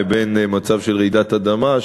לבין מצב של רעידת אדמה,